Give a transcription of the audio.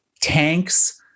tanks